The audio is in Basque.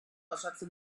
osatzen